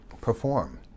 perform